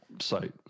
site